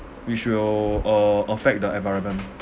which will uh affect the environment